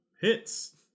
hits